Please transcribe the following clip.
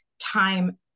time